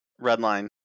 Redline